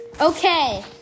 Okay